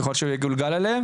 ככל שהוא יגולגל אליהם